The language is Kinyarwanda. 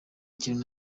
kintu